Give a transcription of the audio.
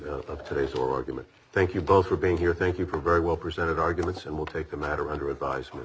of today's or argument thank you both for being here thank you very well presented arguments and will take the matter under advisement